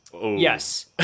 Yes